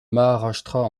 maharashtra